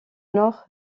nord